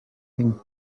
think